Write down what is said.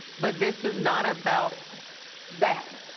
but this is not about that.